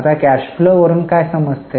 आता cash flow वरून काय समजते